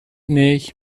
nicht